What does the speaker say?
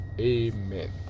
amen